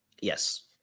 Yes